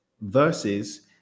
versus